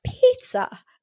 pizza